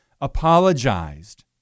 apologized